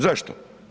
Zašto?